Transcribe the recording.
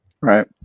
Right